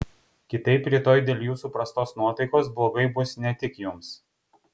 kitaip rytoj dėl jūsų prastos nuotaikos blogai bus ne tik jums